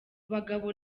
bagabo